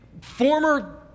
former